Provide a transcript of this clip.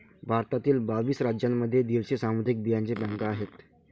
भारतातील बावीस राज्यांमध्ये दीडशे सामुदायिक बियांचे बँका आहेत